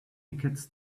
tickets